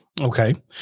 Okay